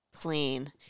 Plain